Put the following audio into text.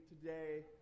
today